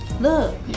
look